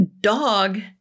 dog